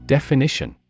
Definition